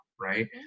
Right